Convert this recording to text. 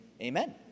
amen